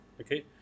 okay